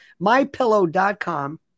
MyPillow.com